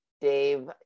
Dave